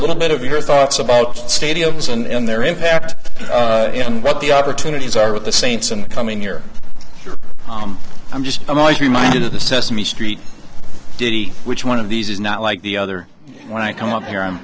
little bit of your thoughts about stadiums and their impact and what the opportunities are with the saints and coming here i'm just i'm always reminded of the sesame street diddy which one of these is not like the other when i come up here